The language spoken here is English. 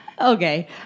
Okay